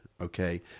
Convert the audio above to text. Okay